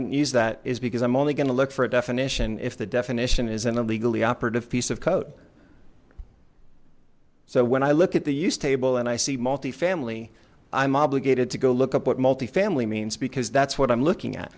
i use that is because i'm only going to look for a definition if the definition is an illegally operative piece of code so when i look at the use table and i see multifamily i'm obligated to go look up what multifamily means because that's what i'm looking at